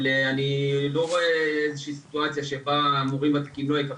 אבל אני לא רואה איזו שהיא סיטואציה שבה המורים ותיקים לא יקבלו.